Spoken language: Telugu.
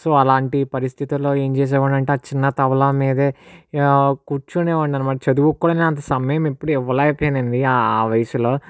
సో అలాంటి పరిస్థితుల్లో ఏం చేసేవాడిని అంటే ఆ చిన్న తబలా మీదే కూర్చునే వాడిని అనమాట చదువుకు కూడా అంత సమయం ఎప్పుడూ ఇవ్వలేకపోయాను అండి ఆ వయసులో